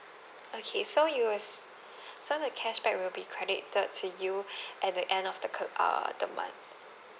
okay so it was so the cashback will be credited to you at the end of the ca~ err the month